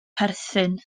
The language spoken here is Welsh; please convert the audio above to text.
perthyn